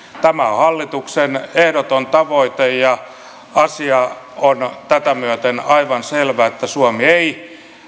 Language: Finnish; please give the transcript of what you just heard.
tämä on hallituksen ehdoton tavoite ja asia on tätä myöten aivan selvä että suomi ei